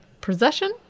possession